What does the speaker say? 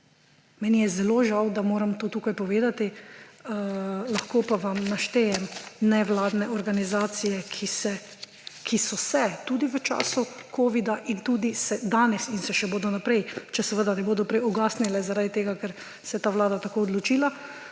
Meni je zelo žal, da moram to tukaj povedati, lahko pa vam naštejem nevladne organizacije, ki so se tudi v času covida in tudi se danes in se še bodo naprej, če ne bodo seveda prej ugasnile zaradi tega, ker se je ta vlada tako odločila,